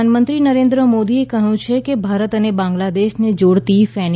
પ્રધાનમંત્રી નરેન્દ્ર મોદીએ કહ્યું છે કે ભારત અને બાંગ્લાદેશને જોડતી ફેની